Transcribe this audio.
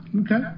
Okay